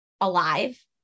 alive